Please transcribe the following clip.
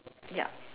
ya